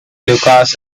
lucas